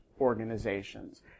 organizations